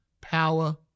power